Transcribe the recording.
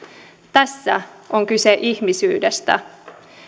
tässä on kyse ihmisyydestä